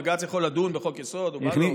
בג"ץ יכול לדון בחוק-יסוד אם בא לו,